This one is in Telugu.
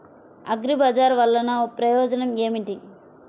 అగ్రిబజార్ వల్లన ప్రయోజనం ఏమిటీ?